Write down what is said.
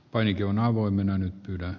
paini on avoimena nyt hyvä